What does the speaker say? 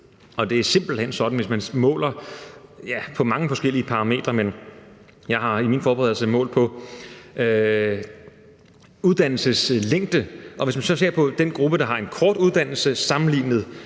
Det er simpelt hen sådan, at hvis man måler, ja, på mange forskellige parametre – og jeg har i min forberedelse målt på uddannelseslængde – og hvis man så ser på den gruppe, der har en kort uddannelse, altså